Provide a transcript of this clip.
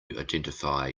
identify